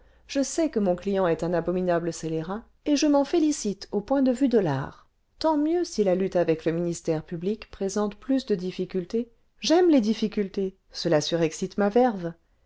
je sais que mon client est un abominable scélérat et je m'en félicite au point de vue cle l'art tant mieux si la lutte avec le ministère public présente plus de difficultés j'aime les difficultés cela surexcite ma verve